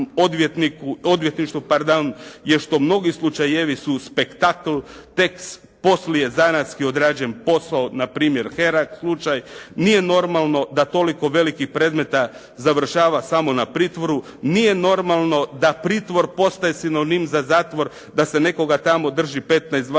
odvjetništvu, pardon, je što mnogi slučajevi su spektakl. Tek poslije zanatski odrađen posao na primjer Herak slučaj nije normalno da toliko velikih predmeta završava samo na pritvoru. Nije normalno da pritvor postaje sinonim za zatvor, da se nekoga tamo drži 15, 20